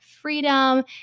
freedom